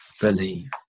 believe